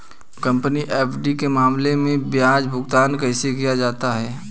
Company FD के मामले में ब्याज भुगतान कैसे किया जाता है?